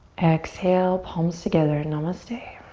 exhale, palms together, and namaste.